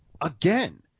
Again